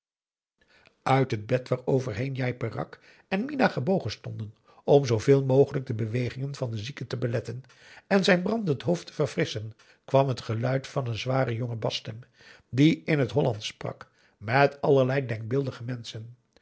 uit het bed waaroverheen njai peraq en minah gebogen stonden om zooveel mogelijk de bewegingen van den zieke te beletten en zijn brandend hoofd te verfrisschen kwam het geluid van een aum boe akar eel zware jonge basstem die in het hollandsch sprak met allerlei denkbeeldige menschen